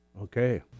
Okay